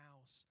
house